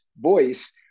voice